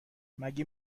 مگه